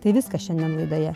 tai viskas šiandien laidoje